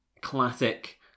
classic